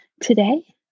Today